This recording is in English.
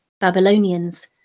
Babylonians